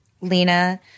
Lena